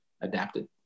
adapted